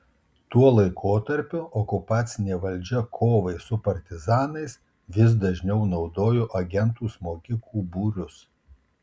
tuo laikotarpiu okupacinė valdžia kovai su partizanais vis dažniau naudojo agentų smogikų būrius